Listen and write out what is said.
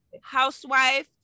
housewife